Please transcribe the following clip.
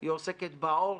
היא עוסקת בעורף,